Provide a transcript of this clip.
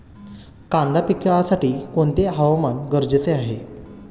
कांदा पिकासाठी कोणते हवामान गरजेचे आहे?